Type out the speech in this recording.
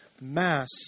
mass